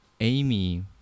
Amy